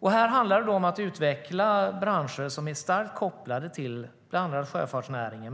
Det handlar om att utveckla branscher som är starkt kopplade till bland annat sjöfartsnäringen.